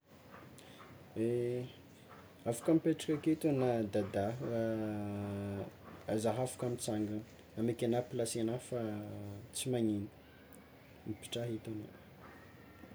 Eh, afaka mipetraka aketo agnao dadà zah afaka mitsangana ameky ana plasy anah fa tsy magnino mipetrah eto agnao.